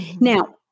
Now